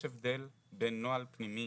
יש הבדל בין נוהל פנימי